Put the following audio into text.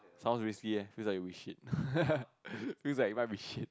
sounds risky eh feel like it will be shit feels like it might be shit